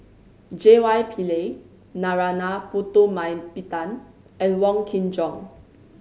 J Y Pillay Narana Putumaippittan and Wong Kin Jong